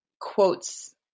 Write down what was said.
quotes